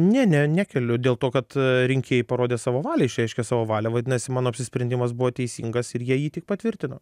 ne ne nekeliu dėl to kad rinkėjai parodė savo valią išreiškė savo valią vadinasi mano apsisprendimas buvo teisingas ir jie jį tik patvirtino